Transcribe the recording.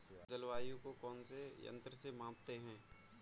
जलवायु को कौन से यंत्र से मापते हैं?